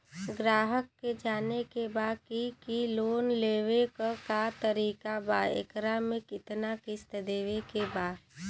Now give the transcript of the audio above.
ग्राहक के जाने के बा की की लोन लेवे क का तरीका बा एकरा में कितना किस्त देवे के बा?